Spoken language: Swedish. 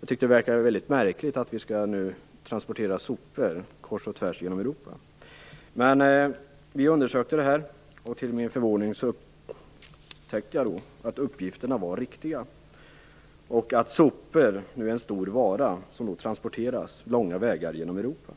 Det verkade mycket märkligt att vi nu skall transportera sopor kors och tvärs genom Vi undersökte detta, och till min förvåning upptäckte jag att uppgifterna var riktiga. Sopor är nu en stor vara som transporteras långa vägar genom Europa.